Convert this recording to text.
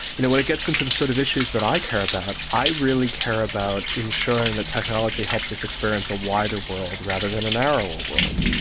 you know when it gets into the sort of issues that i care about, i really care about ensuring the technology helps us experience a wider world rather than a narrower world.